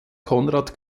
konrad